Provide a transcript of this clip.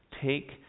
Take